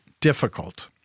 difficult